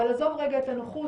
אבל עזוב רגע את הנוחות,